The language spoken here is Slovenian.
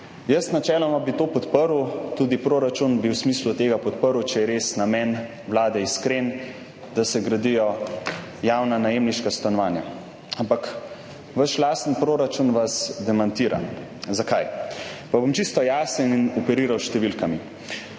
Jaz bi načeloma to podprl, tudi proračun bi v smislu tega podprl, če je res namen Vlade, da se gradijo javna najemniška stanovanja, iskren. Ampak vaš lastni proračun vas demantira. Zakaj? Bom čisto jasen in bom operiral s številkami.